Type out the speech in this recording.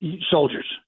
soldiers